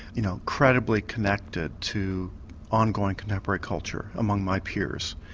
you know, credibly connected to ongoing contemporary culture among my peers.